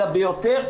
אלא ביותר,